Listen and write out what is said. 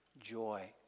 joy